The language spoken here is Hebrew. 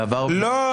לא.